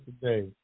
today